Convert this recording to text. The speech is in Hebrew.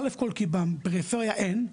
א', כי בפריפריה אין,